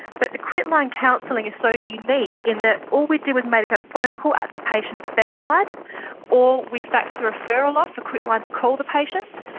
but the quitline counselling is so unique in that all we did was make a phone call at the patient's bedside or we faxed the referral off for quitline to call the patients,